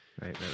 right